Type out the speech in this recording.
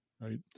right